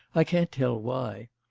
i can't tell why.